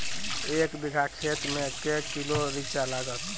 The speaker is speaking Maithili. एक बीघा खेत मे के किलो रिचा लागत?